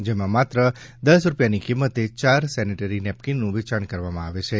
જેમાં માત્ર દસ રૂપિયાની કિંમતે ચાર સેનેટરી નેપકીનનું વેચાણ કરવામાં આવે છે